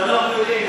זה אנחנו יודעים.